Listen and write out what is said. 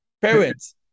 parents